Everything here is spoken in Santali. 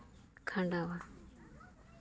ᱠᱷᱟᱸᱰᱟᱣᱟ